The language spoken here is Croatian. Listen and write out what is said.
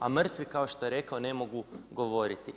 A mrtvi kao što je rekao ne mogu govoriti.